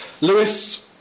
Lewis